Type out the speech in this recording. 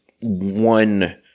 one